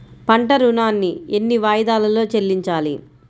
పంట ఋణాన్ని ఎన్ని వాయిదాలలో చెల్లించాలి?